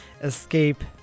escape